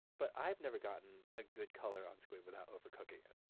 but i've never gotten a good color on squid without overcooking it